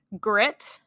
Grit